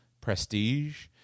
prestige